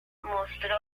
mostró